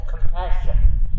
compassion